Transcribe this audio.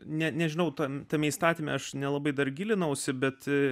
net nežinau tam tame įstatyme aš nelabai dar gilinausi bet